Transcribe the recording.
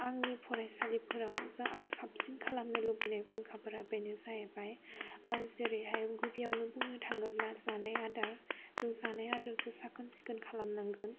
आंनि फरायसालिफोराव आं साबसिन खालामनो लुबैनाय फुंखाफोरा बेनो जाहैबाय आं जेरैहाय गिबियावनो बुंनो थाङोब्ला जानाय आदार जों जानाय आदारखौ साखोन सिखोन खालामनांगोन